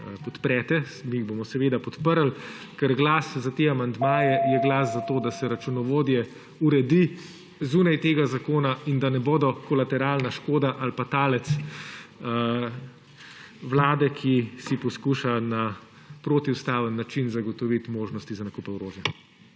podprete, mi jih bomo seveda podprli, ker glas za te amandmaje je glas za to, da se računovodje uredi zunaj tega zakona in da ne bodo kolateralna škoda ali pa talec vlade, ki si poskuša na protiustaven način zagotoviti možnosti za nakupe orožja.